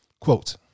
Quote